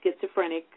schizophrenic